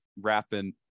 wrapping